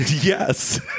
Yes